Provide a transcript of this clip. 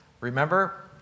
remember